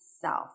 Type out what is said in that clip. self